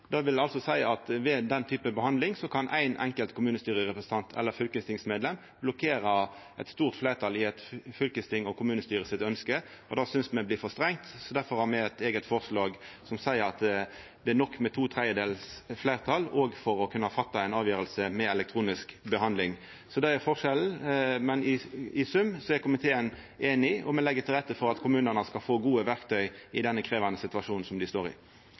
Det vil altså seia at ved slik behandling kan éin enkelt kommunestyrerepresentant eller eitt fylkestingsmedlem blokkera eit stort fleirtal i eit fylkesting og kommunestyre sitt ønske, og det synest me blir for strengt. Difor har me eit eige forslag om at det er nok med to tredjedels fleirtal, òg for å kunna ta ei avgjerd med elektronisk behandling. Så det er forskjellen, men i sum er me i komiteen einige, og me legg til rette for at kommunane skal få gode verktøy i denne krevjande situasjonen som dei står i.